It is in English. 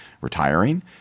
retiring